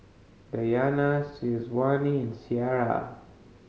Dayana Syazwani Syirah